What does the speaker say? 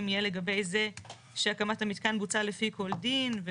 יהיה לגבי זה שהקמת המתקן בוצעה לפי כל דין,